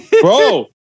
Bro